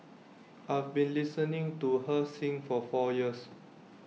I've been listening to her sing for four years